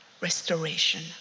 restoration